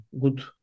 good